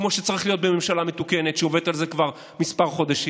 כמו שצריך להיות בממשלה מתוקנת שעובדת על זה כבר כמה חודשים.